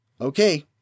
Okay